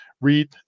read